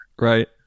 Right